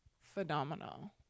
phenomenal